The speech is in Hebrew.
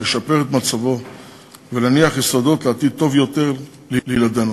לשפר את מצבו ולהניח יסודות לעתיד טוב יותר לילדינו.